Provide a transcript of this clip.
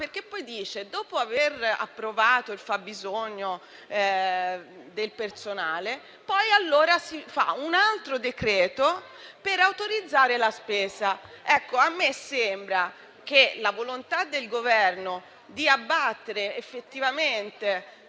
non è finita qua. Dopo aver approvato il fabbisogno di personale, si deve emanare un altro decreto per autorizzare la spesa. A me sembra che la volontà del Governo di abbattere effettivamente